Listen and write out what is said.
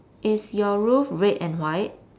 is your roof red and white